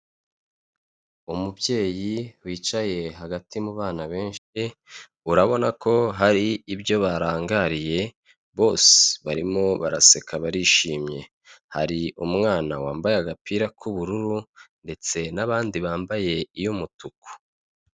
Umubyeyi wicaye hagati mu bana benshi, urabona ko hari ibyo barangariye, bose barimo baraseka barishimye hari umwana wambaye agapira k'ubururu ndetse n'abandi bambaye iy'umutuku.